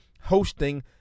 hosting